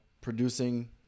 producing